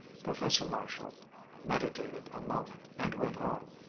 professor marshall meditated a moment, and went on,